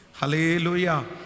Hallelujah